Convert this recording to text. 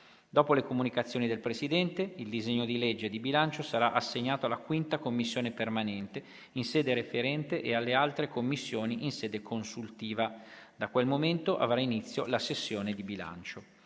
Dopo le comunicazioni del Presidente, il disegno di legge di bilancio sarà assegnato alla 5ª Commissione permanente in sede referente e alle altre Commissioni in sede consultiva. Da quel momento avrà inizio la sessione di bilancio.